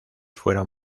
fueron